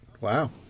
Wow